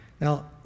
Now